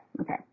Okay